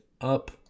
up